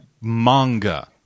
manga